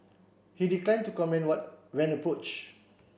he declined to comment one when approach